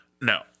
no